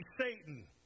Satan